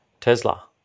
Tesla